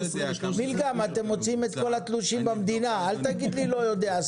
מילגם אתם מוציאים את כל התלושים במדינה אל תגיד לי לא יודע,